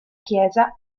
chiesa